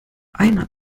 einer